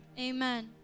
Amen